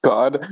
God